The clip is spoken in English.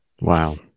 Wow